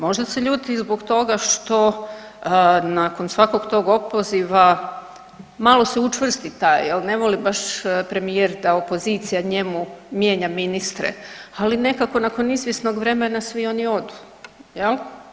Možda se ljuti zbog toga što nakon svakog tog opoziva malo se učvrsti taj jel, ne voli baš premijer da opozicija njemu mijenja ministre, ali nekako nakon izvjesnog vremena svi oni odu jel.